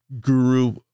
guru